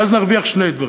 ואז נרוויח שני דברים: